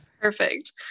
Perfect